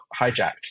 hijacked